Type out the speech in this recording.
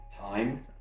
time